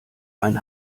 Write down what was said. ein